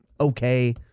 okay